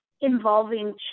involving